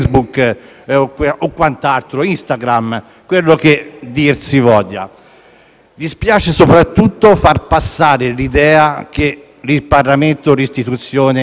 Dispiace soprattutto far passare l'idea che il Parlamento sia un'istituzione inutile. Questo traspare un po'